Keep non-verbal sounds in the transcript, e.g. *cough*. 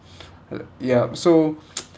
*breath* uh yup so *noise*